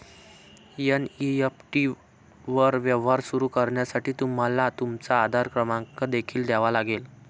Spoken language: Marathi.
एन.ई.एफ.टी वर व्यवहार सुरू करण्यासाठी तुम्हाला तुमचा आधार क्रमांक देखील द्यावा लागेल